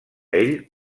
ell